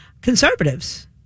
conservatives